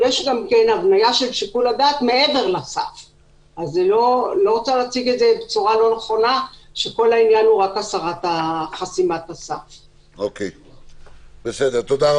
ההבניה של שיקול הדעת לא חלה על מעסיקים פרטיים -- תודה,